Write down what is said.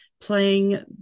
playing